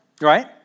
right